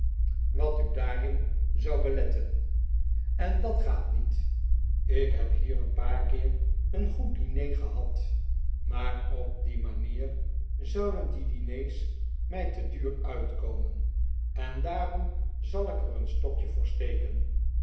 wat u daarin zou beletten en dat gaat niet ik heb hier een paar keer een goed diner gehad maar op die manier zouden die diners mij te duur uitkomen en daarom zal ik er een stokje voor steken